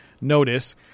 notice